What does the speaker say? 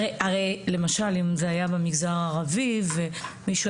הרי למשל אם זה היה במגזר הערבי ומישהו